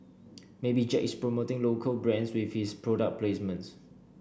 maybe Jack is promoting local brands with his product placements